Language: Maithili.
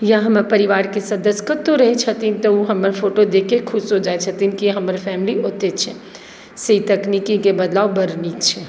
या हमर परिवारके सदस्य कतहुँ रहैत छथिन तऽ ओ हमर फोटो देखिके खुश हो जाइत छथिन कि हमर फैमिली ओतऽ छै से तकनीकीके बदलाव बड़ नीक छै